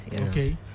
Okay